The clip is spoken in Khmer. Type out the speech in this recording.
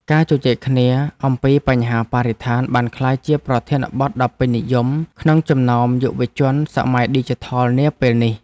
ការជជែកគ្នាអំពីបញ្ហាបរិស្ថានបានក្លាយជាប្រធានបទដ៏ពេញនិយមក្នុងចំណោមយុវជនសម័យឌីជីថលនាពេលនេះ។